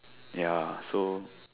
ya so